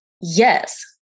yes